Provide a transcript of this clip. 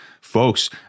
folks